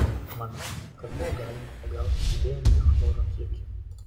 manau kad buvo galima pagauti didėjantį chloro kiekį